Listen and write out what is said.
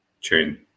chain